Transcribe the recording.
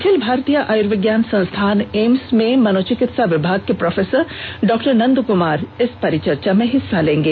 अखिल भारतीय आयुर्विज्ञान संस्थान एम्स में मनोचिकित्सा विभाग के प्रोफेसर डॉ नन्द कुमार इस परिचर्चा में हिस्सा लेंगे